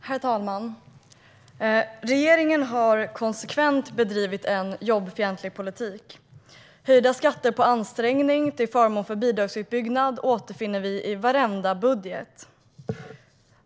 Herr talman! Regeringen har konsekvent bedrivit en jobbfientlig politik. Höjda skatter på ansträngning till förmån för bidragsutbyggnad återfinner vi i varenda budget.